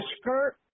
skirt